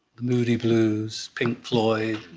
moody blues, pink floyd,